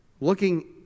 looking